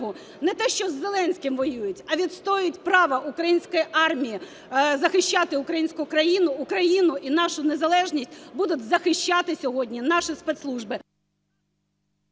не те що з Зеленським воюють, а відстоюють право української армії захищати українську країну, Україну і нашу незалежність, будуть захищати сьогодні наші спецслужби.